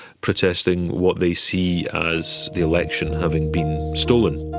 protesting what they see as the election having been stolen.